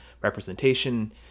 representation